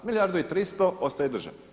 Milijardu i 300 ostaje državi.